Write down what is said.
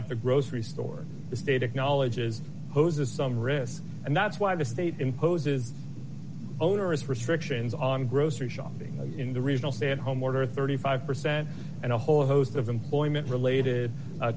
at the grocery store the state acknowledges poses some risk and that's why the state imposes onerous restrictions on grocery shopping in the regional stay at home order thirty five percent and a whole host of employment related